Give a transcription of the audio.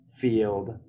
Field